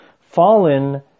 fallen